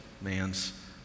man's